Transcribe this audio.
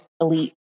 elite